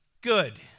good